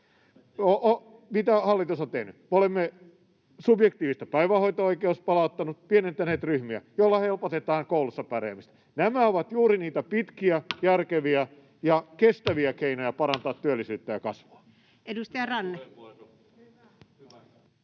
Mitä hallitus on tehnyt? Me olemme palauttaneet subjektiivisen päivähoito-oikeuden, pienentäneet ryhmiä, millä helpotetaan koulussa pärjäämistä. Nämä ovat juuri niitä pitkiä, järkeviä ja kestäviä keinoja parantaa työllisyyttä ja kasvua.